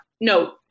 no